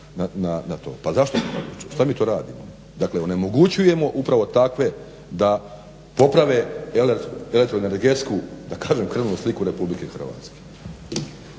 to? Šta mi to radimo? Dakle onemogućujemo upravo takve da poprave elektroenergetsku da kažem krvnu sliku RH.